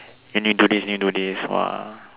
you need do this you need do this !wah!